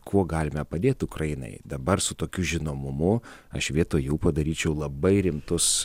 kuo galime padėt ukrainai dabar su tokiu žinomumu aš vietoj jų padaryčiau labai rimtus